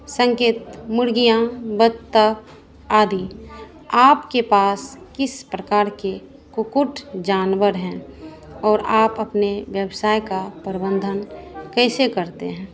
संकेत मुर्गियाँ बत्तख आदि आपके पास किस प्रकार के कुक्कुट जानवर हैं और आप अपने व्यवसाय का प्रबंधन कैसे करते हैं